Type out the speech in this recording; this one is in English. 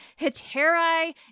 Heteri